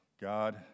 God